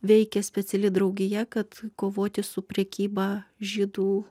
veikė speciali draugija kad kovoti su prekyba žydų